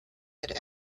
had